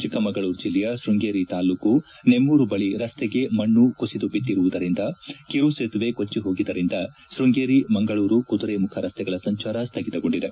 ಚಿಕ್ಕಮಗಳೂರು ಜಿಲ್ಲೆಯ ಶೃಂಗೇರಿ ತಾಲೂಕು ನೆಮ್ಮೂರು ಬಳಿ ರಸ್ತೆಗೆ ಮಣ್ಣು ಕುಸಿದು ಬಿದ್ದಿರುವುದರಿಂದ ಕಿರು ಸೇತುವೆ ಕೊಚ್ಚಿ ಹೋಗಿದ್ದರಿಂದ ಶೃಂಗೇರಿ ಮಂಗಳೂರು ಕುದುರೆಮುಖ ರಸ್ತೆಗಳ ಸಂಚಾರ ಸ್ವಗಿತಗೊಂಡಿದೆ